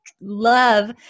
love